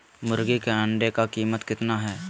मुर्गी के अंडे का कीमत कितना है?